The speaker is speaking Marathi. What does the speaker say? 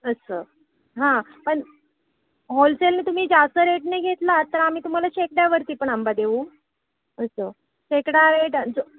असं हां पण होलसेलने तुम्ही जास्त रेटने घेतला तर आम्ही तुम्हाला शेकड्यावरती पण आंबा देऊ असं शेकडा रेट जो